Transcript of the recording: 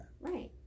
Right